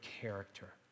character